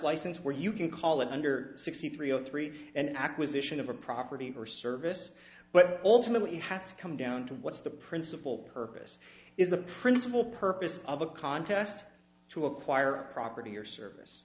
license where you can call it under sixty three o three and acquisition of a property or service but also really has to come down to what's the principal purpose is the principal purpose of a contest to acquire a property or service